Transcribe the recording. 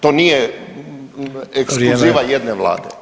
To nije ekskluziva jedne Vlade.